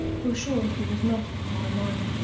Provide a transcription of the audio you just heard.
for sure he was not of my minde,